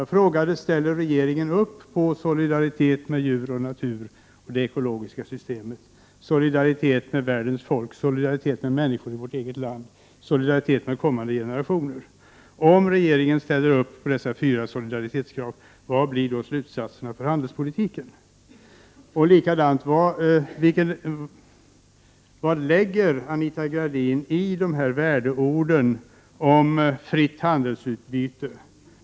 Bl.a frågade jag: Ställer regeringen upp på solidariteten med djur och natur och med det ekologiska systemet, på solidariteten med världens folk, med människor i vårt eget land och med kommande generationer? Om regeringen ställer upp på dessa solidaritetskrav, vad blir då slutsatsen när det gäller handelspolitiken? Vilket värde tillmäter Anita Gradin orden ”det fria handelsutbytet”?